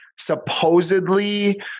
supposedly